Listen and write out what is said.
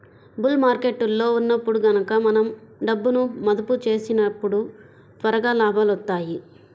bull మార్కెట్టులో ఉన్నప్పుడు గనక మనం డబ్బును మదుపు చేసినప్పుడు త్వరగా లాభాలొత్తాయి